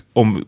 om